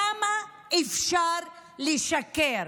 כמה אפשר לשקר?